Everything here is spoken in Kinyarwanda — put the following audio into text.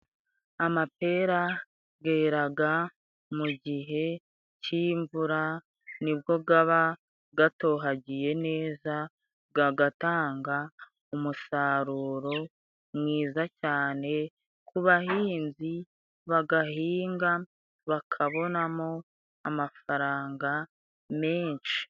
Amapera geraga mu gihe cy'imvura nibwo gaba gatohagiye neza, gagatanga umusaruro mwiza cyane ku bahinzi bagahinga bakabonamo amafaranga menshi.